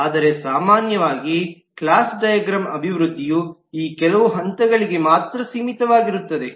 ಆದರೆ ಸಾಮಾನ್ಯವಾಗಿ class diagram ಅಭಿವೃದ್ಧಿಯು ಈ ಕೆಲವು ಹಂತಗಳಿಗೆ ಮಾತ್ರ ಸೀಮಿತವಾಗಿರುತ್ತದೆ